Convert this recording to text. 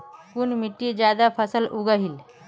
कुन मिट्टी ज्यादा फसल उगहिल?